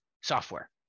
software